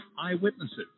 eyewitnesses